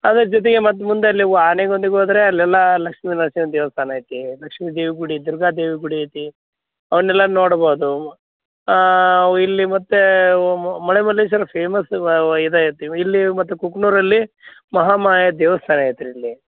ಅದರ ಜೊತೆಗೆ ಮತ್ತು ಮುಂದೆ ಅಲ್ಲಿ ಒ ಆನೆಗುಂದಿಗೆ ಹೋದ್ರೆ ಅಲ್ಲೆಲ್ಲ ಲಕ್ಷ್ಮೀನರ್ಸಿಂಹ ದೇವಸ್ಥಾನ ಐತಿ ಲಕ್ಷ್ಮೀದೇವಿ ಗುಡಿ ದುರ್ಗಾದೇವಿ ಗುಡಿ ಐತಿ ಅವನ್ನೆಲ್ಲ ನೋಡ್ಬೋದು ಅವು ಇಲ್ಲಿ ಮತ್ತು ಓ ಮಳೆಮಲ್ಲೇಶ್ವರ ಫೇಮಸ್ ಇದು ಐತಿ ಇಲ್ಲಿ ಮತ್ತು ಕುಕನೂರಲ್ಲಿ ಮಹಾಮಾಯಾ ದೇವಸ್ಥಾನ ಐತಿ ರೀ ಇಲ್ಲಿ